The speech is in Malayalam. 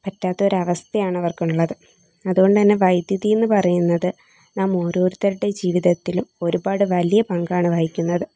പറ്റാത്ത ഒരു അവസ്ഥയാണ് അവർക്കുള്ളത് അതുകൊണ്ടുതന്നെ വൈദ്യതിയെന്ന് പറയുന്നത് നാം ഓരോരുത്തരുടെ ജീവിതത്തിലും ഒരുപാട് വലിയ പങ്കാണ് വഹിക്കുന്നത്